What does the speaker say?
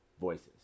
voices